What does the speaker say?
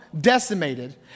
decimated